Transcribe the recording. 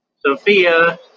Sophia